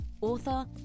author